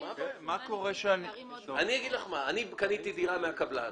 אם קניתי דירה מקבלן